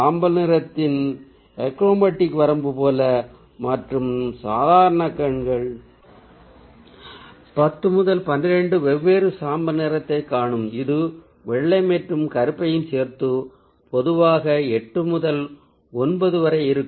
சாம்பல் நிறத்தின் எக்ரோமேட்டிக் வரம்பு போல மற்றும் நமது சாதாரண கண்கள் 10 முதல் 12 வெவ்வேறு சாம்பல் நிறத்தைக் காணும் இது வெள்ளை மற்றும் கருப்பையும் சேர்த்து பொதுவாக 8 முதல் 9 வரை இருக்கும்